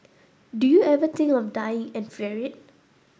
do you ever think of dying and fear it